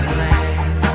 land